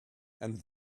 and